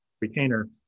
retainer